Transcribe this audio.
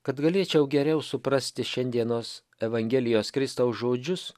kad galėčiau geriau suprasti šiandienos evangelijos kristaus žodžius